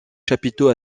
chapiteau